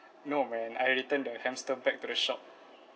no man I returned the hamster back to the shop